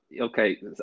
Okay